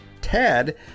Tad